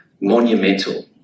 monumental